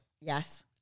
yes